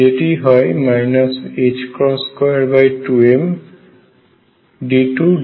যেটি হয় 22md2dx2